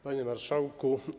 Panie Marszałku!